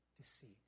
deceit